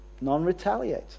non-retaliate